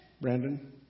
Brandon